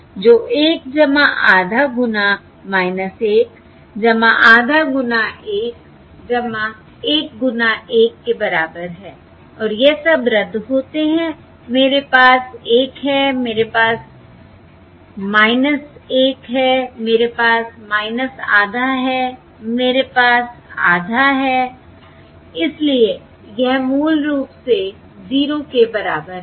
जो 1 आधा गुना 1 आधा गुना 1 1 गुना 1 के बराबर है और यह सब रद्द होते है मेरे पास 1 है मेरे पास 1 है मेरे पास आधा है मेरे पास आधा है इसलिए यह मूल रूप से 0 के बराबर है